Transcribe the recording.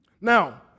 Now